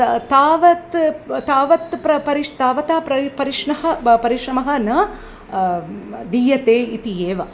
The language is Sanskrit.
त तावत् प तावत् प्र परिश् तावता प्ररि परिश्नः ब परिश्रमः न म् दीयते इति एव